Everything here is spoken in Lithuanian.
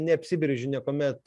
neapsibrėžiu niekuomet